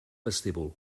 vestíbul